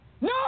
No